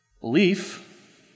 Belief